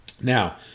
Now